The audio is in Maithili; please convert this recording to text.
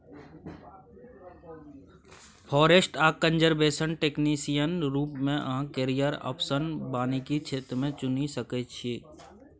फारेस्ट आ कनजरबेशन टेक्निशियन रुप मे अहाँ कैरियर आप्शन बानिकी क्षेत्र मे चुनि सकै छी